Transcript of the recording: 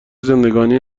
زندگانی